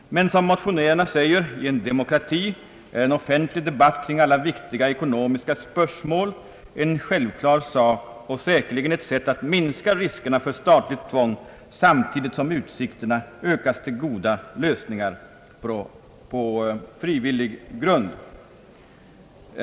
Men, som motionärerna säger, i en demokrati är en offentlig debatt kring alla viktiga ekonomiska spörsmål en självklar sak och säkerligen ett sätt att minska riskerna för statligt tvång, samtidigt som utsikterna ökas till goda lösningar på frivillig grund.